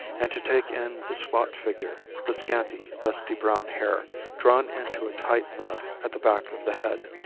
and to take in the squat figure, the scanty, dusty brown hair drawn into a tight knot at the back of the head.